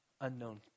unknown